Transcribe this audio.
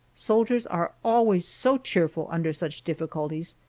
soldiers are always so cheerful under such difficulties,